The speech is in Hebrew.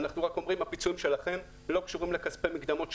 אנחנו רק אומרים: הפיצויים שלכם לא קשורים לכספי מקדמות שלנו.